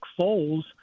Foles –